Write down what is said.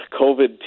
COVID